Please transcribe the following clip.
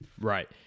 Right